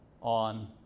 on